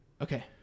Okay